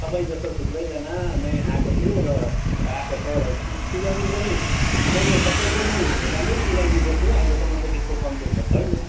तपाईँ जस्तो थुप्रैजना नयाँ आएको थियो र आएको छ र सिलाउनु पनि मैले सबैको नै राम्रै सिलाइ दिँदैछु अहिलेसम्म त त्यस्तो कम्प्लेन त छैन